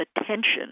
attention